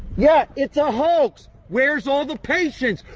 yeah, it's a hoax! where's all the patients?